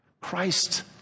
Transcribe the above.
Christ